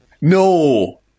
No